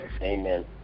Amen